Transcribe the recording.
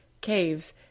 caves